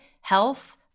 health